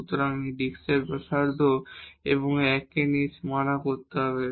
সুতরাং এই ডিস্ক এর ব্যাসার্ধ এবং এই 1 কে নিয়ে সীমানা ধরতে হবে